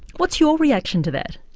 what's your reaction to that?